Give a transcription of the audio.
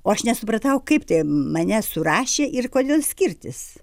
o aš nesupratau kaip tai mane surašė ir kodėl skirtis